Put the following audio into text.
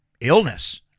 Illness